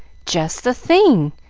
just the thing!